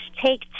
take